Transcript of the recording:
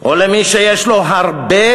או למי שיש לו הרבה,